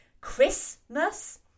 Christmas